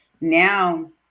now